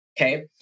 okay